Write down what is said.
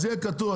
אז יהיה כתוב,